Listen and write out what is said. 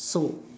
soul